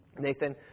Nathan